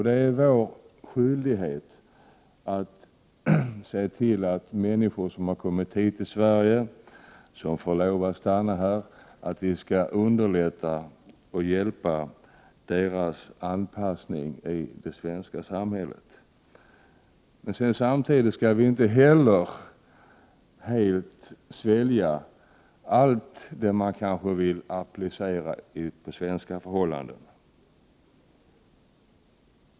Det är vår skyldighet att underlätta och hjälpa de människor som har kommit hit till Sverige och som får lov att stanna att anpassa sig till det svenska samhället. Men samtidigt skall vi inte helt svälja allt det som man försöker applicera på svenska förhållanden.